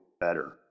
better